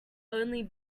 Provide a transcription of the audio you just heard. only